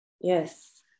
Yes